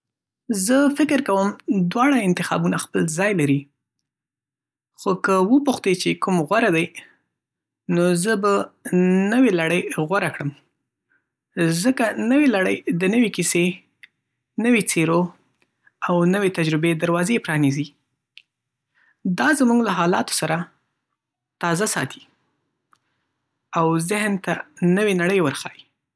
زه فکر کوم دواړه انتخابونه خپل ځای لري، خو که وپوښتې چې کوم غوره دی، نو زه به نوې لړۍ غوره کړم. ځکه نوې لړۍ د نوې کیسې، نوې څېرو، او نوې تجربې دروازې پرانیزي. دا موږ له حالاتو سره تازه ساتي، او ذهن ته نوې نړۍ ورښيي.